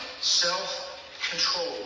self-control